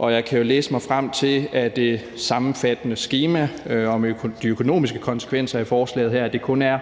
Jeg kan jo læse mig frem til af det sammenfattende skema om de økonomiske konsekvenser i forslaget her, at det kun er